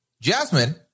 Jasmine